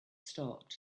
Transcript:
stopped